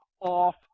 off